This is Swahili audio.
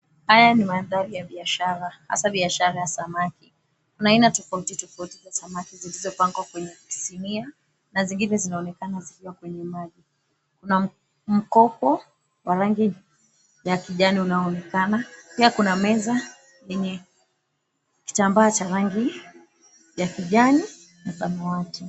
Haya ni mandhari ya biashara, hasa biashara ya samaki. Kuna aina tofauti tofauti za samaki zilizopangwa kwenye sinia na zingine zinaonekana zikiwa kwenye maji. Kuna mkopo wa rangi ya kijani unaonekana pia kuna meza yenye kitambaa cha rangi ya kijani na samawati.